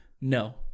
No